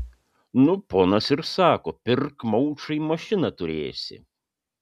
nu ponas ir sako pirk maušai mašiną turėsi